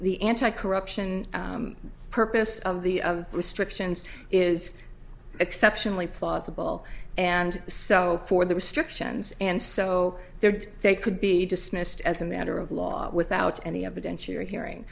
the anti corruption purpose of the restrictions is exceptionally plausible and so for the restrictions and so there they could be dismissed as a matter of law without any evidence you're hearing